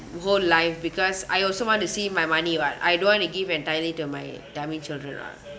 whole life because I also want to see my money [what] I don't want to give entirely to my tamil children ah